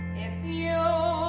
if you